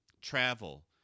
travel